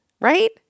right